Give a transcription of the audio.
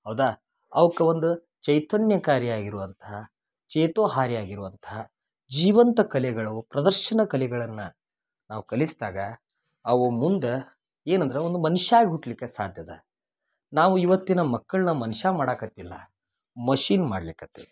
ಹೌದಾ ಅವ್ಕ ಒಂದು ಚೈತನ್ಯಕಾರಿಯಾಗಿರುವಂಥ ಚೇತೋಹಾರಿಯಾಗಿರುವಂಥ ಜೀವಂತ ಕಲೆಗಳು ಪ್ರದರ್ಶನ ಕಲೆಗಳನ್ನ ನಾವು ಕಲಿಸ್ದಾಗ ಅವು ಮುಂದ ಏನಂದ್ರ ಒಂದು ಮನುಷ್ಯಾಗ ಹುಟ್ಲಿಕ್ಕೆ ಸಾಧ್ಯದ ನಾವು ಇವತ್ತಿನ ಮಕ್ಕಳನ್ನ ಮನುಷ್ಯ ಮಾಡಾಕತ್ತಿಲ್ಲ ಮಷಿನ್ ಮಾಡ್ಲಿಕತ್ತೇವಿ